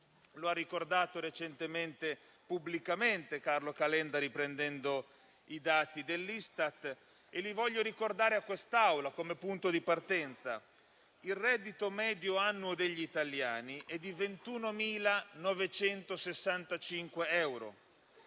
come ha ricordato recentemente pubblicamente Carlo Calenda, riprendendo i dati dell'Istat, che voglio ricordare a quest'Assemblea come punto di partenza. Il reddito medio annuo degli italiani è di 21.965 euro;